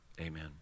Amen